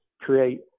create